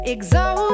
Exalt